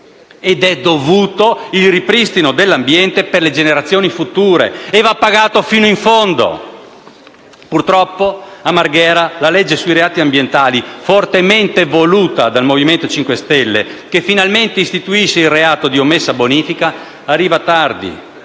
È dovuto il ripristino dell'ambiente per le generazioni future e va pagato fino in fondo. Purtroppo a Marghera la legge sui reati ambientali, fortemente voluta dal Movimento 5 Stelle, che finalmente istituisce il reato di omessa bonifica, arriva tardi: